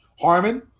Harmon